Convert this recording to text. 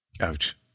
Ouch